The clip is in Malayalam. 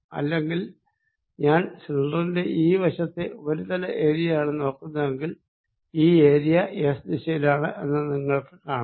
അല്ലെങ്കിൽ ഞാൻ സിലിണ്ടറിന്റെ ഈ വശത്തെ ഉപരിതല ഏരിയ ആണ് നോക്കുന്നതെങ്കിൽ ഈ ഏരിയ എസ് ദിശയിലാണ് എന്ന് നിങ്ങള്ക്ക് കാണാം